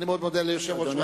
אני מאוד מודה ליושב-ראש ועדת,